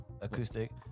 Acoustic